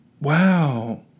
Wow